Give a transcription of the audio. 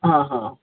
हां हां